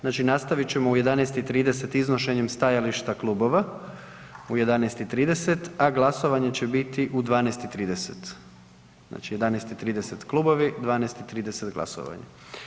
Znači nastavit ćemo u 11:30 iznošenjem stajališta klubova u 11:30, a glasovanje će biti u 12:30, znači 11:30 klubovi, 12:30 glasovanje.